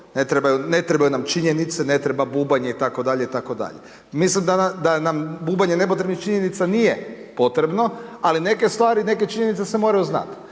ne trebaju nam činjenice, ne treba bubanj, itd. itd. Mislim da nam bubanj i nepotrebnih činjenice nije potrebno, ali neke stvari i neke činjenice se moraju znati,